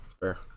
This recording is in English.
Fair